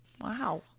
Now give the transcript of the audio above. Wow